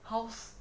house